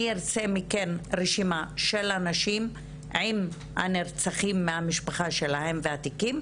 אני ארצה מכם רשימה של הנשים עם הנרצחים מהמשפחה שלהן והתיקים,